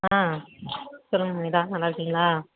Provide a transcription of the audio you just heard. ஆ சொல்லுங்கள் நமிதா நல்லாருக்கீங்களா